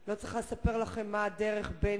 ברמת-גן: אני לא צריכה לספר לכם מה הדרך בין